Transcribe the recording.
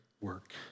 work